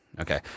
Okay